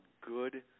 good